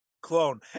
clone